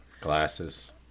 Glasses